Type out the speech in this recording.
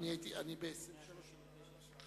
139(9)